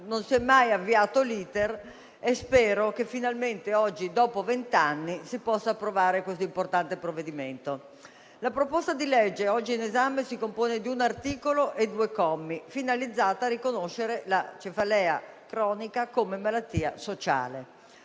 non è mai stato avviato l'*iter*. Spero che finalmente oggi, dopo vent'anni, si possa approvare questo importante provvedimento. La proposta di legge oggi in esame si compone di un articolo e due commi ed è finalizzata a riconoscere la cefalea cronica come malattia sociale.